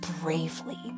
bravely